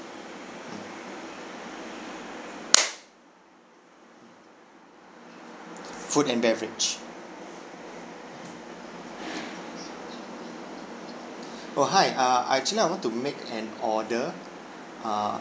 food and beverage oh hi uh I actually I want to make an order err